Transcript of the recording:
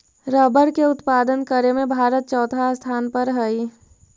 rubber के उत्पादन करे में भारत चौथा स्थान पर हई